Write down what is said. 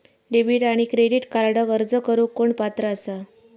Debit आणि credit कार्डक अर्ज करुक कोण पात्र आसा?